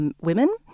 women